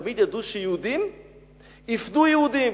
תמיד ידעו שיהודים יפדו יהודים,